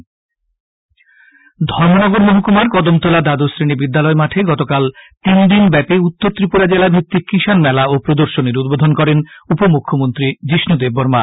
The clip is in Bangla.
উপমুখ্যমন্ত্রী ধর্মনগর মহকুমার কদমতলা দ্বাদশ শ্রেণী বিদ্যালয় মাঠে গতকাল তিনদিনব্যাপী উত্তর ত্রিপুরা জেলা ভিত্তিক কিষাণ মেলা ও প্রদর্শনীর উদ্বোধন করেন উপমুখ্যমন্ত্রী যিষ্ণু দেববর্মা